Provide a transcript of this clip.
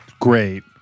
great